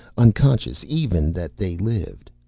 unconscious even that they lived,